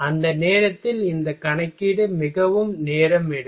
அந்த நேரத்தில் இந்த கணக்கீடு மிகவும் நேரம் எடுக்கும்